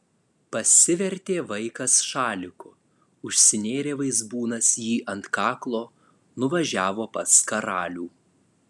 pasivertė vaikas šaliku užsinėrė vaizbūnas jį ant kaklo nuvažiavo pas karalių